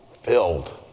filled